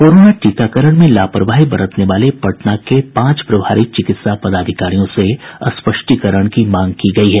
corona टीकाकरण में लापरवाही बरतने वाले पटना के पांच प्रभारी चिकित्सा पदाधिकारियों से स्पष्टीकरण की मांग की गयी है